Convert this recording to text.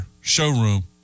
showroom